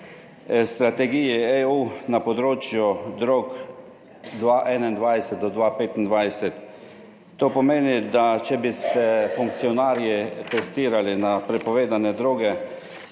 strategiji EU na področju drog 2021 do 2025. To pomeni, da če bi se funkcionarji testirali na prepovedane droge,